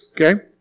okay